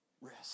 risk